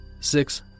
six